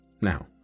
Now